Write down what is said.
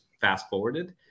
fast-forwarded